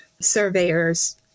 surveyors